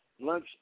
lunch